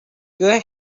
girl